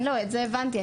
את זה הבנתי.